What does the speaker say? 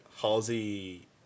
Halsey